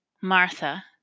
Martha